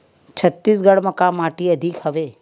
छत्तीसगढ़ म का माटी अधिक हवे?